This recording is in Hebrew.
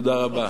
תודה רבה.